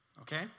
okay